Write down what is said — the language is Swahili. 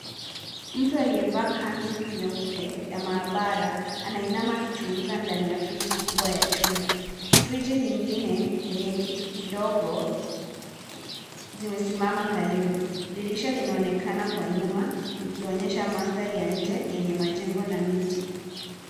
Mtu aliyevaa kanzu nyeupe ya maabara anainama akichunguza ndani ya friji kubwa ya chumba. Friji nyingine yenye kitu kidogo zimesimama karibu. Dirisha linaonekana kwa nyuma likionyesha mandhari ya nje yenye majengo na miti.